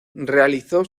realizó